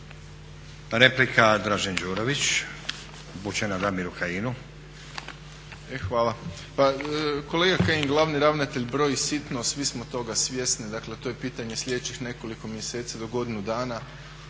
Replika Dražen Đurović upućena Damiru Kajinu.